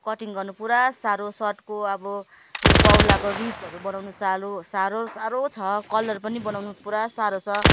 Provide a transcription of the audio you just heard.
cutting गर्नु पुरा साह्रो सर्टको अब यो बाउलाको रिपहरू बनाउनु साह्रो साह्रो साह्रो छ कलर पनि बनाउनु पुरा साह्रो छ